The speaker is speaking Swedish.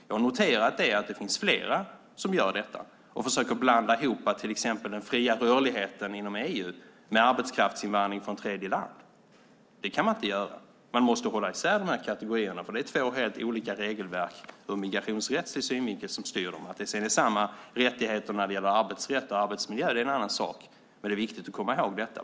Jag har noterat att det finns flera som gör detta och försöker blanda ihop till exempel den fria rörligheten inom EU med arbetskraftsinvandring från tredjeland. Det kan man inte göra. Man måste hålla isär de här kategorierna, för det är två helt olika regelverk ur migrationsrättslig synvinkel som styr dem. Att det sedan är samma rättigheter när det gäller arbetsrätt och arbetsmiljö är en annan sak. Men det är viktigt att komma ihåg detta.